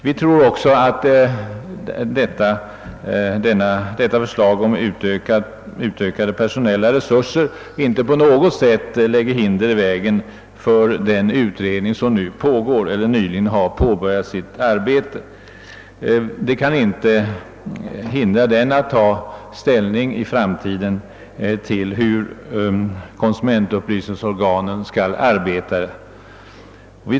Vi tror också att detta förslag om utökade personella resurser inte på något sätt lägger hinder i vägen för den utredning som nyligen har påbörjat sitt arbete. Det kan inte hindra den att i framtiden ta ställning till hur konsumentupplysningsorganen skall arbeta.